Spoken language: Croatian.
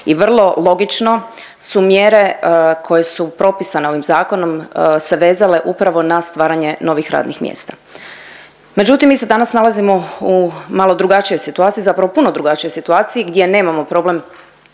i vrlo logično su mjere koje su propisane ovim zakonom se vezale upravo na stvaranje novih radnih mjesta. Međutim, mi se danas nalazimo u malo drugačijoj situaciji, zapravo puno drugačijoj situaciji gdje nemamo problem